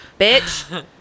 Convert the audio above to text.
bitch